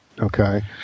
Okay